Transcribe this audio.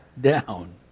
down